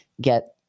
get